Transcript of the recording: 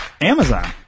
Amazon